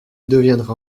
deviendra